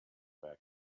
back